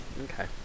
Okay